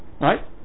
Right